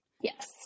Yes